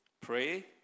pray